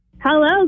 Hello